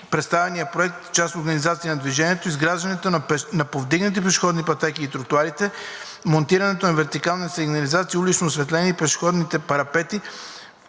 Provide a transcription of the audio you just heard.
представения проект, част „Организация на движението“; – изграждането на повдигнатите пешеходни пътеки и тротоарите, монтирането на вертикалната сигнализация, уличното осветление и пешеходните парапети